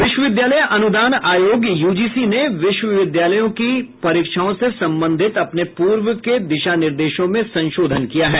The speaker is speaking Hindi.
विश्वविद्यालय अनुदान आयोग यूजीसी ने विश्वविद्यालयीन परीक्षाओं से संबंधित अपने पूर्व के दिशानिर्देशों में संशोधन किया है